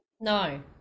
No